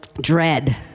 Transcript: dread